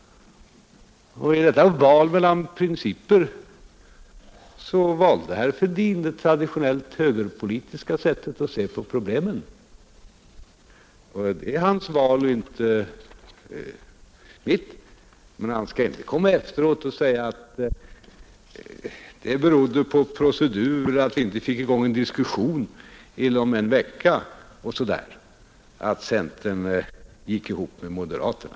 Och i detta val mellan principer valde herr Fälldin det traditionellt högerpolitiska sättet att se på problemen. Det är hans val och inte mitt. Men han skall inte komma efteråt och säga att det berodde på procedur att vi inte fick i gång en diskussion inom en vecka och så där att centern gick ihop med moderaterna,